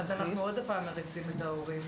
אז אנחנו עוד פעם מריצים את ההורים.